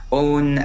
own